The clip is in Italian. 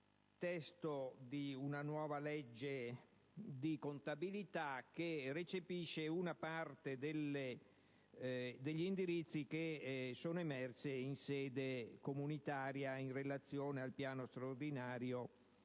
testo di una nuova legge di contabilità, che recepisce una parte degli indirizzi emersi in sede comunitaria in relazione al piano straordinario